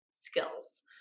skills